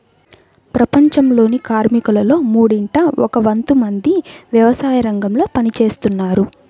ప్రపంచంలోని కార్మికులలో మూడింట ఒక వంతు మంది వ్యవసాయరంగంలో పని చేస్తున్నారు